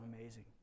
amazing